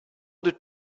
did